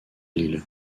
lille